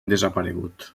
desaparegut